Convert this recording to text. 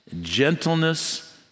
gentleness